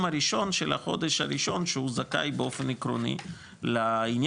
הראשון של החודש הראשון שהוא זכאי באופן עקרוני לעניין